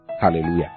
Hallelujah